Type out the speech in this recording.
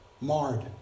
Marred